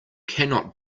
cannot